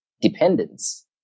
dependence